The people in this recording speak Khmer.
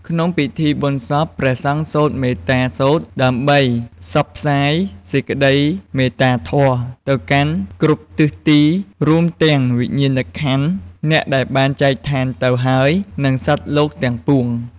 ក្នុងពិធីបុណ្យសព ព្រះសង្ឃសូត្រមេត្តាសូត្រ ដើម្បីផ្សព្វផ្សាយសេចក្តីមេត្តាធម៌ទៅកាន់គ្រប់ទិសទី រួមទាំងវិញ្ញាណក្ខន្ធអ្នកដែលបានចែកឋានទៅហើយ និងសត្វលោកទាំងពួង។